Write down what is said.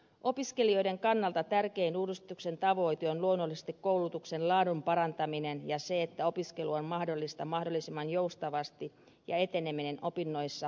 opiskelijoiden kannalta tärkein uudistuksen tavoite on luonnollisesti koulutuksen laadun parantaminen ja se että opiskelu on mahdollista mahdollisimman joustavasti ja eteneminen opinnoissa tavoiteajassa